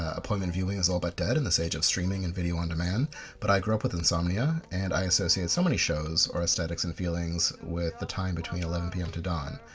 appointment viewing is all but dead in this age of streaming and video on demand but i grew with insomnia and i associate so many shows or aesthetics and feelings with the time between eleven pm to dawn.